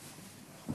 סלימאן.